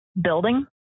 building